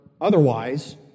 otherwise